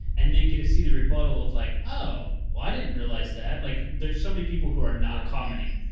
and then get to see the rebuttal of like, oh, well, i didn't realize that. like, there's so many people who are not commenting.